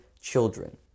children